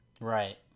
right